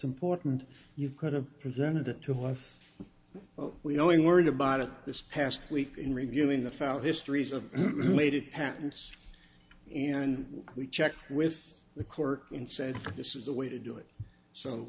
important you could have presented it to us we only worried about of this past week in reviewing the file histories of related patents and we checked with the court and said this is the way to do it so